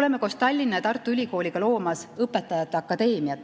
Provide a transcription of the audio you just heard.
Oleme koos Tallinna Ülikooli ja Tartu Ülikooliga loomas õpetajate akadeemia